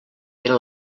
era